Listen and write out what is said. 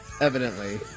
evidently